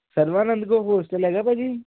ਸਰਵਾਨੰਦ ਕੋਈ ਹੋਸਟਲ ਹੈਗਾ ਭਾਅ ਜੀ